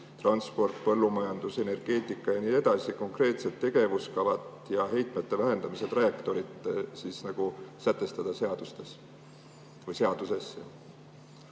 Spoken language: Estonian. transport, põllumajandus, energeetika ja nii edasi – konkreetsed tegevuskavad ja heitmete vähendamise trajektoorid sätestada seadustes või seadusesse?